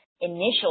initial